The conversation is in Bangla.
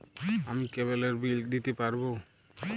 আমি কেবলের বিল দিতে পারবো?